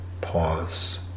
Pause